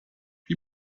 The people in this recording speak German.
wie